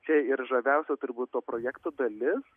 čia ir žaviausia turbūt to projekto dalis